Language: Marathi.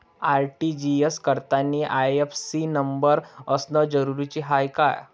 आर.टी.जी.एस करतांनी आय.एफ.एस.सी न नंबर असनं जरुरीच हाय का?